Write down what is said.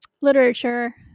literature